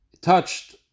touched